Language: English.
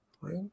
Right